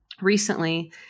recently